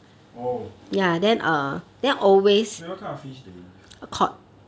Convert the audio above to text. oh wait what kind of fish they give